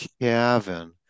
Kevin